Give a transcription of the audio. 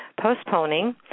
Postponing